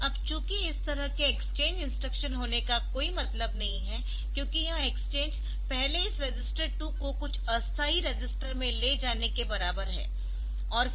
अब चूंकि इस तरह के एक्सचेंज इंस्ट्रक्शन होने का कोई मतलब नहीं है क्योंकि यह एक्सचेंज पहले इस रजिस्टर 2 को कुछ अस्थायी रजिस्टर में ले जाने के बराबर है